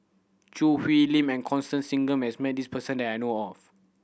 Choo Hwee Lim and Constance Singam has met this person that I know of